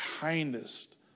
kindest